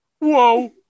Whoa